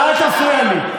אל תפריע לי.